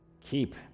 keep